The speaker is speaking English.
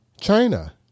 China